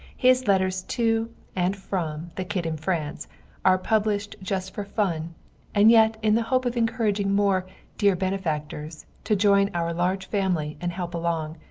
his letters to and from the kid in france are published just for fun and yet in the hope of encouraging more dear benefactors to join our large family and help along,